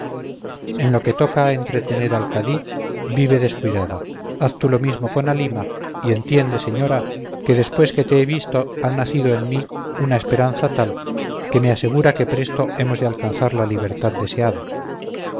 en lo que toca a entretener al cadí vive descuidada haz tú lo mismo con halima y entiende señora que después que te he visto ha nacido en mí una esperanza tal que me asegura que presto hemos de alcanzar la libertad deseada